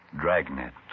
Dragnet